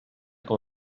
com